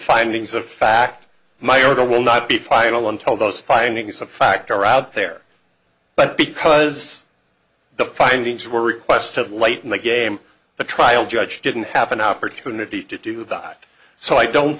findings of fact my order will not be final until those findings of fact are out there but because the findings were request of late in the game the trial judge didn't have an opportunity to do that so i don't